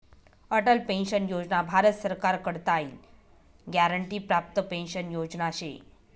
Atal pension Yojana Bharat सरकार कडताईन guarantee प्राप्त पेंशन योजना शे